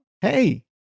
Hey